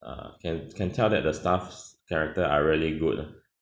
uh can can tell that the staff's character are really good ah